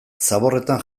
zaborretan